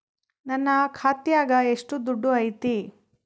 ನನ್ನ ಖಾತ್ಯಾಗ ಎಷ್ಟು ದುಡ್ಡು ಐತಿ?